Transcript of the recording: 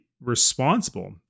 responsible